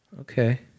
Okay